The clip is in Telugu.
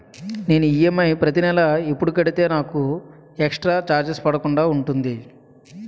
నేను ఈ.ఎమ్.ఐ ప్రతి నెల ఎపుడు కడితే నాకు ఎక్స్ స్త్ర చార్జెస్ పడకుండా ఉంటుంది?